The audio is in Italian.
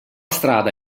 strada